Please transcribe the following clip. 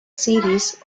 series